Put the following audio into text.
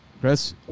Chris